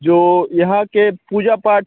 जो यहाँ की पूजा पाठ